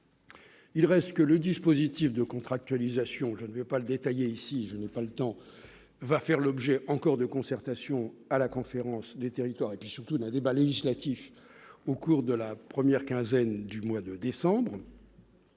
Il reste que le dispositif de contractualisation, je ne vais pas le détailler ici, je n'ai pas le temps, va faire l'objet encore de concertation à la conférence des territoires et puis surtout, d'un débat législatif au cours de la première quinzaine du mois de décembre.